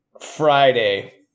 Friday